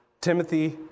Timothy